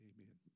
Amen